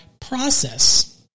process